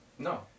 No